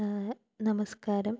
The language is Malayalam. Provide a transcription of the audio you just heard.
നമസ്കാരം